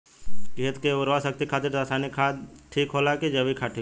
खेत के उरवरा शक्ति खातिर रसायानिक खाद ठीक होला कि जैविक़ ठीक होई?